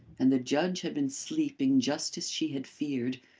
and the judge had been sleeping just as she had feared,